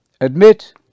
admit